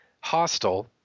hostile